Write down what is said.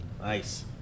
Nice